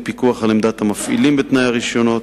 ופיקוח על עמדת המפעילים בתנאי הרשיונות,